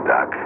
Doc